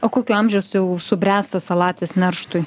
o kokio amžiaus jau subręsta salatis nerštui